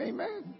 Amen